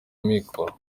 amikoro